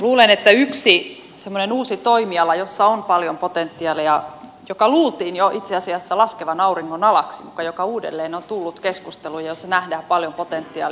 luulen että tämä on yksi semmoinen uusi toimiala jossa on paljon potentiaalia ja jota luultiin jo itse asiassa laskevan auringon alaksi mutta joka uudelleen on tullut keskusteluun ja jossa nähdään paljon potentiaalia